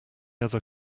other